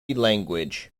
language